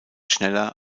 schneller